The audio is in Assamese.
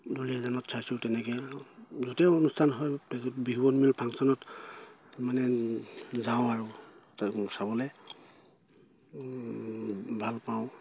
ডুলীয়াজনত চাইছোঁ তেনেকে য'তেও অনুষ্ঠান হয় ফাংচনত মানে যাওঁ আৰু চাবলে ভাল পাওঁ